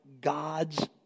God's